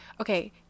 Okay